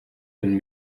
and